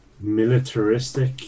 militaristic